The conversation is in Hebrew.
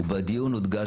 ובדיון הודגש,